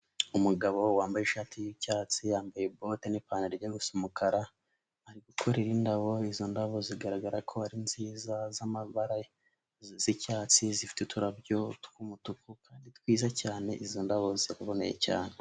Umugabo wambaye ishati y'icyatsi, yambaye bote n'ipantaro ijya gusa umukara ari gukorera indabo izo ndabo zigaragara ko ari nziza z'amabara z'icyatsi zifite uturabyo tw'umutuku twiza cyane izo ndabo ziraboneye cyane.